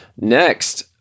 Next